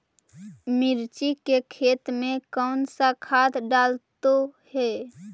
मिर्ची के खेत में कौन सा खाद डालते हैं?